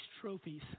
trophies